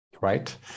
right